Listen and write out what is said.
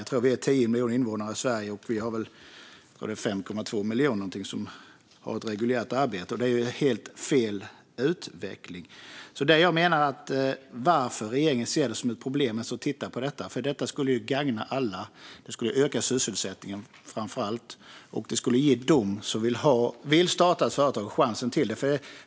Jag tror att vi är 10 miljoner invånare i Sverige, och ungefär 5,2 miljoner har ett reguljärt arbete. Det är helt fel utveckling. Varför ser regeringen det som ett problem att titta på detta? Det här skulle gagna alla. Det skulle framför allt öka sysselsättningen och ge dem som vill starta företag chans att göra det.